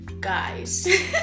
guys